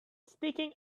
sticking